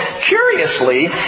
curiously